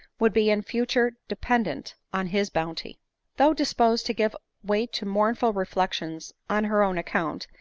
would be in future dependent on his bounty though disposed to give way to mournful reflections on her own account,